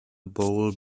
bowl